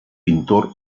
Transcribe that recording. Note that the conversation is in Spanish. pintor